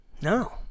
No